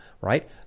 right